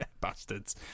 Bastards